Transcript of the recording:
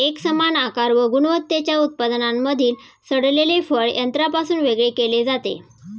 एकसमान आकार व गुणवत्तेच्या उत्पादनांमधील सडलेले फळ यंत्रापासून वेगळे केले जाते